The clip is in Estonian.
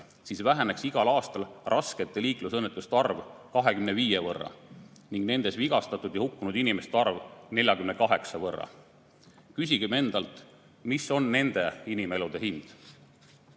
siis väheneks igal aastal raskete liiklusõnnetuste arv 25 võrra ning nendes vigastatud ja hukkunud inimeste arv 48 võrra. Küsigem endalt, mis on nende inimelude hind. Meie